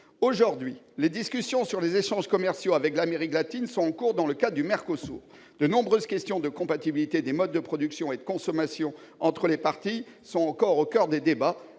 Aujourd'hui, les discussions sur les échanges commerciaux avec l'Amérique latine sont en cours dans le cadre du Mercosur. De nombreuses questions de compatibilité des modes de production et de consommation entre les parties prenantes sont là encore au coeur des débats,